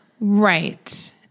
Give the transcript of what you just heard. Right